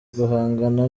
guhangana